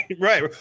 Right